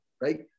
right